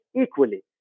equally